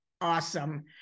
awesome